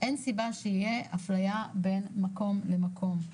אין סיבה שתהיה אפליה בין מקום למקום,